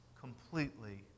completely